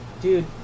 Dude